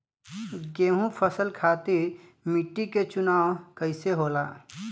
गेंहू फसल खातिर मिट्टी के चुनाव कईसे होला?